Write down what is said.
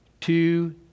Two